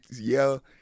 yell